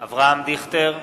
אברהם דיכטר,